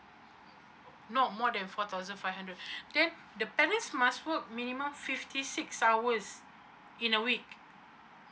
not more than four thousand five hundred then the parents must work minimum fifty six hours in a week